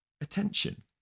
Attention